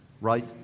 right